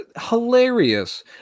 hilarious